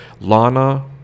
lana